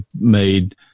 made